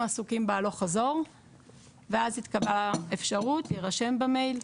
עסוקים בהלוך-חזור ואז התקבלה אפשרות להירשם במייל.